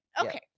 Okay